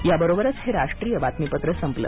याबरोबरच हे राष्ट्रीय बातमीपत्र संपलं